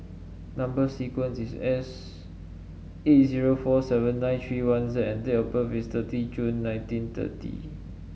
number sequence is S eight zero four seven nine three one Z and date of birth is thirty June nineteen thirty